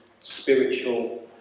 spiritual